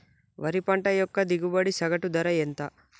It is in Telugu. వరి పంట యొక్క దిగుబడి సగటు ధర ఎంత?